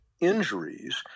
injuries